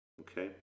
okay